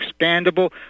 expandable